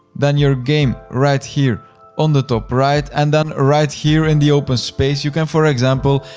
then your game right here on the top-right and then right here in the open space, you can for example,